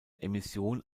emission